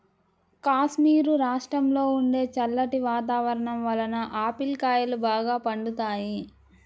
కాశ్మీరు రాష్ట్రంలో ఉండే చల్లటి వాతావరణం వలన ఆపిల్ కాయలు బాగా పండుతాయి